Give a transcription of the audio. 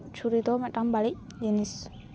ᱪᱷᱩᱨᱤ ᱫᱚ ᱢᱤᱫᱴᱟᱝ ᱵᱟᱹᱲᱤᱡ ᱡᱤᱱᱤᱥ